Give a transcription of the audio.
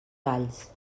valls